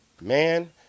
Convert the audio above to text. man